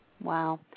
Wow